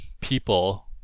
people